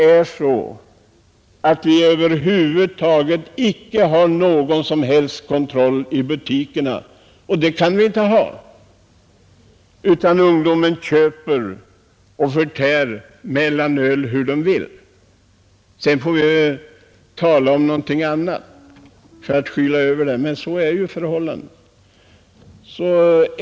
Men det förekommer ingen som helst kontroll i butikerna — och det kan det ju inte göra — utan ungdomen köper och förtär mellanöl hur den vill. Vi må tala om annat för att skyla över detta, men så förhåller det sig.